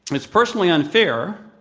um it's personally unfair,